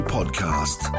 Podcast